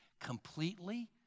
completely